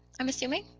i'm assuming.